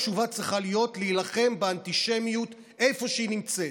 התשובה צריכה להיות: להילחם באנטישמיות איפה שהיא נמצאת,